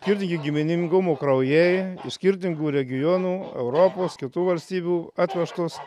kirtingi giminingumo kraujai skirtingų regionų europos kitų valstybių atvežtos